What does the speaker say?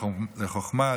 לחוכמה,